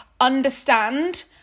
understand